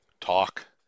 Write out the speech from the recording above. talk